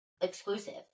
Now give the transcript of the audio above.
exclusive